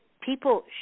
people